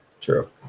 True